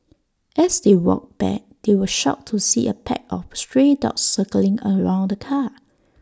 as they walked back they were shocked to see A pack of stray dogs circling around the car